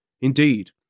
Indeed